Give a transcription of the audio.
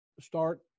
start